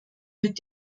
mit